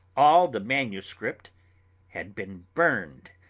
all the manuscript had been burned,